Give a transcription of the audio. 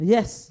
Yes